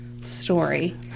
story